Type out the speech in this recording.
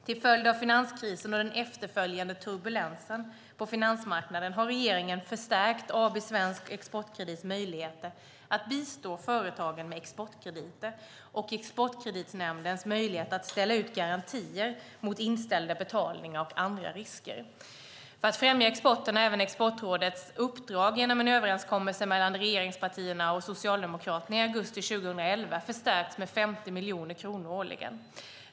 Till följd av finanskrisen och den efterföljande turbulensen på finansmarknaden har regeringen förstärkt AB Svensk Exportkredits möjligheter att bistå företagen med exportkrediter och Exportkreditnämndens möjligheter att ställa ut garantier mot inställda betalningar och andra risker. För att främja exporten har även Exportrådets uppdrag, genom överenskommelsen mellan regeringspartierna och Socialdemokraterna i augusti 2011, förstärkts med 50 miljoner kronor årligen.